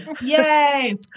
yay